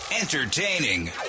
entertaining